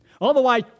Otherwise